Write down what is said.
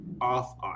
off